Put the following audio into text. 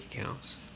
accounts